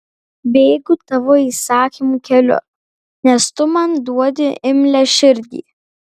bėgu tavo įsakymų keliu nes tu man duodi imlią širdį